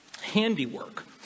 handiwork